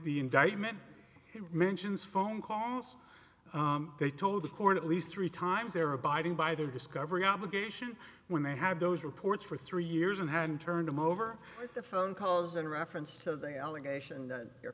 the indictment mentions phone calls they told the court at least three times they are abiding by their discovery obligation when they had those reports for three years and hand turn them over the phone calls in reference to the allegation